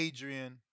Adrian